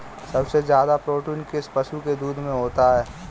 सबसे ज्यादा प्रोटीन किस पशु के दूध में होता है?